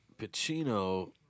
Pacino